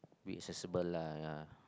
be accessible lah ya